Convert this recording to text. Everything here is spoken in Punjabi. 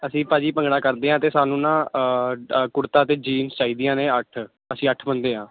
ਅਸੀਂ ਭਾਅ ਜੀ ਭੰਗੜਾ ਕਰਦੇ ਹਾਂ ਅਤੇ ਸਾਨੂੰ ਨਾ ਕੁੜਤਾ ਅਤੇ ਜੀਨਸ ਚਾਹੀਦੀਆਂ ਨੇ ਅੱਠ ਅਸੀਂ ਅੱਠ ਬੰਦੇ ਹਾਂ